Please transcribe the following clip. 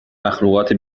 مخلوقات